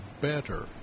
better